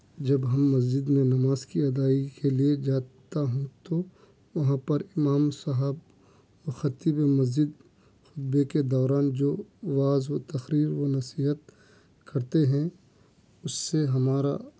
جب ہم مسجد میں نماز کی ادائیگی کے لئے جاتا ہوں تو وہاں پر اِمام صاحب خطیب مسجد خطبے کے دوران جو وعظ و تقریر و نصیحت کرتے ہیں اُس سے ہمارا